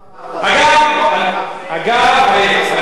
אדוני היושב-ראש,